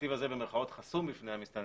שהנתיב הזה "חסום" בפני המסתננים,